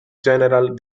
general